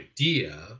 idea